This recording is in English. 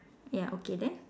ya okay then